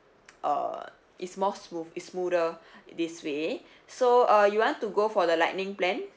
uh it's more smooth it's smoother this way so uh you want to go for the lightning plan